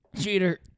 Cheater